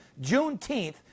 Juneteenth